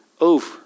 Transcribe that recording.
over